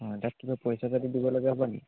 অঁ তাত কিবা পইচা পাতি দিব লগা হ'বনি